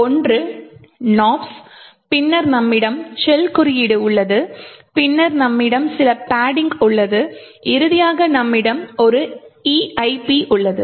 ஒன்று nops பின்னர் நம்மிடம் ஷெல் குறியீடு உள்ளது பின்னர் நம்மிடம் சில பட்டிங் உள்ளது இறுதியாக நம்மிடம் ஒரு EIP உள்ளது